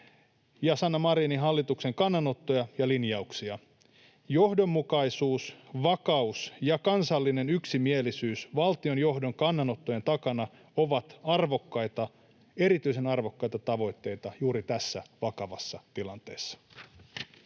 ja Sanna Marinin hallituksen kannanottoja ja linjauksia. Johdonmukaisuus, vakaus ja kansallinen yksimielisyys valtionjohdon kannanottojen takana ovat erityisen arvokkaita tavoitteita juuri tässä vakavassa tilanteessa.